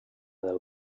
del